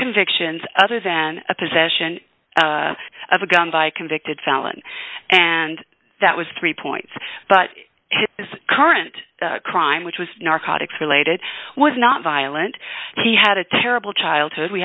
convictions other than a possession of a gun by a convicted felon and that was three points but it is current crime which was narcotics related was not violent he had a terrible childhood we